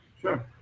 Sure